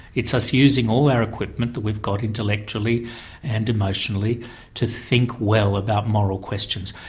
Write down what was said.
it's us using all our equipment that we've got intellectually and emotionally to think well about moral questions.